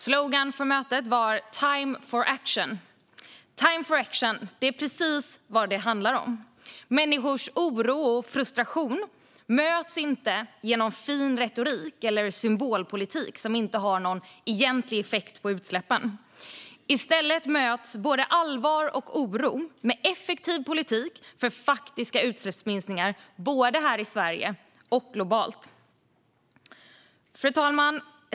Slogan för mötet var Time for action, och time for action är precis vad det handlar om. Människors oro och frustration möts inte genom fin retorik eller symbolpolitik som inte har någon egentlig effekt på utsläppen. I stället möts både allvar och oro med effektiv politik för faktiska utsläppsminskningar både här i Sverige och globalt. Fru talman!